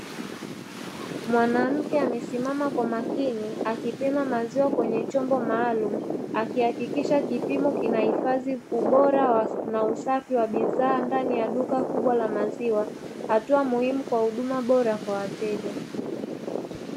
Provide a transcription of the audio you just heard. Mwanamke amesimama kwa makini akipima maziwa kwenye chombo maalumu, akihakikisha kipimo kinahifadhi ubora na usafi bidhaa ndani ya duka kubwa la maziwa hatua muhimu kwa huduma bora kwa wateja.